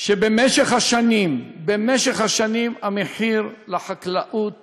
שבמשך השנים המחיר לחקלאות